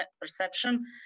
perception